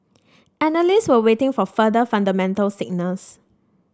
analysts were waiting for further fundamental signals